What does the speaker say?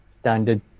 standard